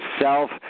self